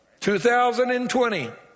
2020